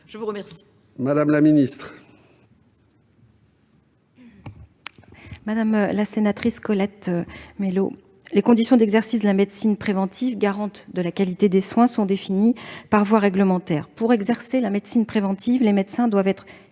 déléguée chargée de l'autonomie. Madame la sénatrice Colette Mélot, les conditions d'exercice de la médecine préventive, garantes de la qualité des soins, sont définies par voie réglementaire. Pour exercer la médecine préventive, les médecins doivent être